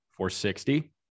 460